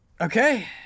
Okay